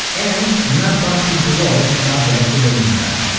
and not bump into walls and objects in the meantime.